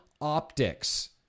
optics